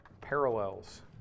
parallels